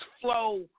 flow